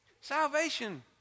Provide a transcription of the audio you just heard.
Salvation